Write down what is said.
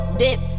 dip